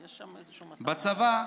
בצבא,